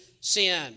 sin